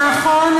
נכון,